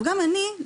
גם אני,